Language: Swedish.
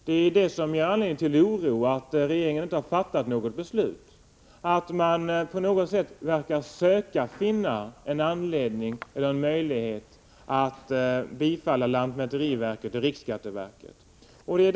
Vad som ger anledning till oro är att regeringen inte har fattat något beslut, att man på något sätt tycks söka finna en möjlighet att bifalla lantmäteriverkets och riksskatteverkets besvär.